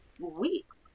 weeks